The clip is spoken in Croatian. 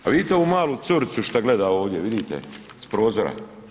A vidite ovu malu curicu što gleda ovdje, vidite, s prozora?